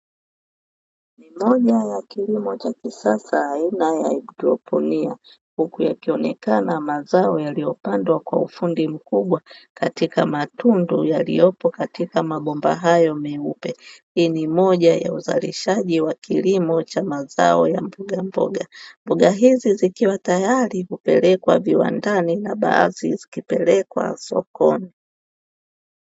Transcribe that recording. Ni moja ya kilimo cha kisasa aina ya haidroponi, huku yakionekana mazao yaliyopandwa kwa ufundi mkubwa katika matundu yaliyopo katika mabomba hayo meupe. Hii ni moja ya uzalishaji wa kilimo cha mazao ya mboga mboga. Mboga hizi zikiwa tayari kupelekwa viwandani na baadhi zikipelekwa sokoni.